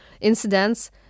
incidents